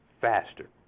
faster